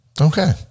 Okay